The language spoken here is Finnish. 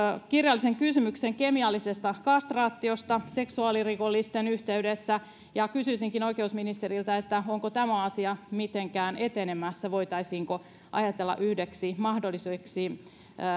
kirjallisen kysymyksen kemiallisesta kastraatiosta seksuaalirikollisten yhteydessä ja kysyisinkin oikeusministeriltä onko tämä asia mitenkään etenemässä voitaisiinko ajatella yhdeksi mahdolliseksi